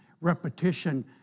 repetition